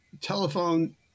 telephone